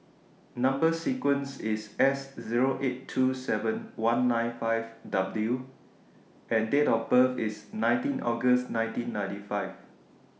Number sequence IS S Zero eight two seven one nine five W and Date of birth IS nineteen August nineteen ninety five